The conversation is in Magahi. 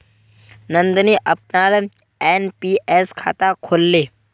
नंदनी अपनार एन.पी.एस खाता खोलले